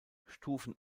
stufen